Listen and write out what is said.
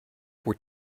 were